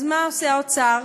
אז מה עושה האוצר?